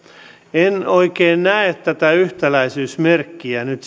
en oikein näe tätä yhtäläisyysmerkkiä nyt